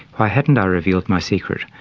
why hadn't i revealed my secret,